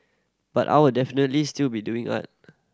but I'll definitely still be doing art